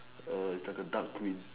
like a dark green